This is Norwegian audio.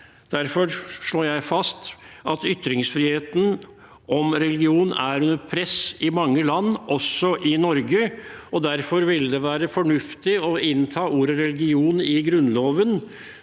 Derfor slår jeg fast at ytringsfriheten om religion er under press i mange land, også i Norge, og derfor ville det være fornuftig å innta ordet «religion» i Grunnloven